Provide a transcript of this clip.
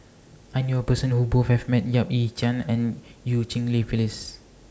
I knew A Person Who Both has Met Yap Ee Chian and EU Cheng Li Phyllis